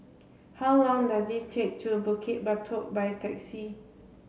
how long does it take to Bukit Batok by taxi